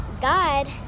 god